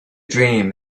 dream